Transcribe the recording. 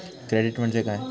Credit म्हणजे काय?